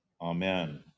Amen